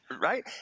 right